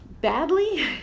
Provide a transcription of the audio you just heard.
badly